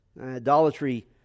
Idolatry